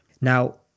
Now